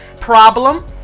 problem